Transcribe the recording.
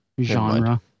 Genre